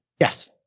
Yes